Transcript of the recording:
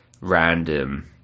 random